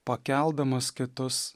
pakeldamas kitus